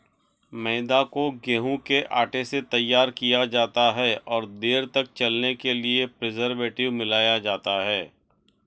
मैदा को गेंहूँ के आटे से तैयार किया जाता है और देर तक चलने के लिए प्रीजर्वेटिव मिलाया जाता है